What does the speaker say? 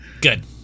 Good